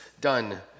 done